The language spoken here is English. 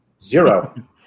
Zero